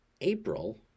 April